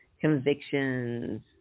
convictions